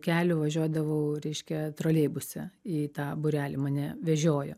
kelių važiuodavau reiškia troleibuse į tą būrelį mane vežiojo